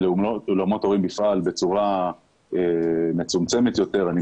ולאולמות אירועים לפעול בצורה מצומצמת יותר אני